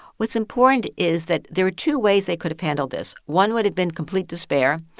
what's important is that there are two ways they could have handled this one would have been complete despair,